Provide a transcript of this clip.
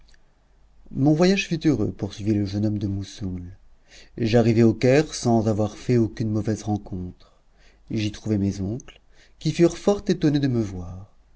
mon voyage fut heureux poursuivit le jeune homme de moussoul j'arrivai au caire sans avoir fait aucune mauvaise rencontre j'y trouvai mes oncles qui furent fort étonnés de me voir